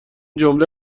جمله